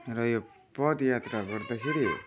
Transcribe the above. र यो पदयात्रा गर्दाखेरि